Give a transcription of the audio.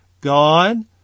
God